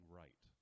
right